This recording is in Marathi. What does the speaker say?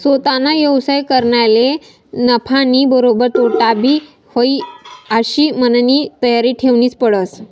सोताना व्यवसाय करनारले नफानीबरोबर तोटाबी व्हयी आशी मननी तयारी ठेवनीच पडस